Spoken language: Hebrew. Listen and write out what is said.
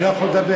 אני לא יכול לדבר.